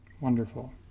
wonderful